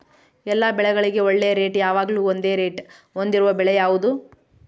ಎಲ್ಲ ಬೆಳೆಗಳಿಗೆ ಒಳ್ಳೆ ರೇಟ್ ಯಾವಾಗ್ಲೂ ಒಂದೇ ರೇಟ್ ಹೊಂದಿರುವ ಬೆಳೆ ಯಾವುದು?